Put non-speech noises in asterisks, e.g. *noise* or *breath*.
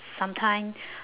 sometimes *breath*